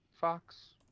Fox